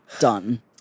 Done